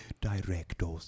director's